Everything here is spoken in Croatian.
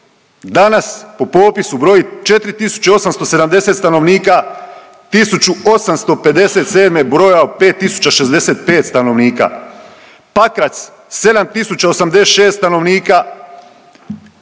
danas po popisu broji 4.870 stanovnika, 1857. je brojao 5.065 stanovnika. Pakrac 7.086 stanovnika,